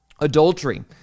adultery